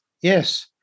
yes